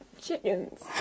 chickens